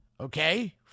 Okay